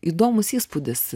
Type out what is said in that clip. įdomus įspūdis